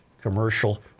Commercial